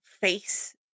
face